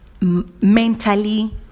mentally